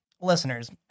listeners